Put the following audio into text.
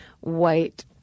white